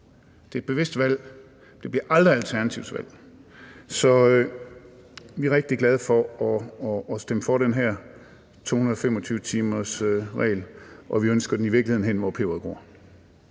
Det er et bevidst valg, men det bliver aldrig Alternativets valg. Så vi er rigtig glade for at stemme for det her lovforslag om 225-timersreglen, og vi ønsker den i virkeligheden hen, hvor peberet